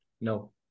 no